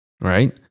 right